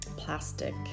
plastic